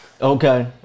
Okay